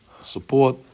support